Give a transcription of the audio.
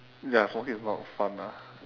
ya smoking is not fun ah